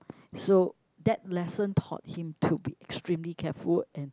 so that lesson taught him to be extremely careful and